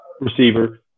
receiver